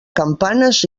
campanes